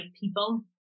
people